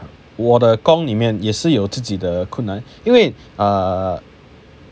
我的工里面也是有自己的困难因为 uh